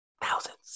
thousands